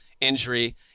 injury